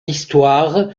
histoire